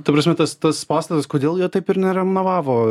ta prasme tas tas pastatas kodėl jo taip ir nerenovavo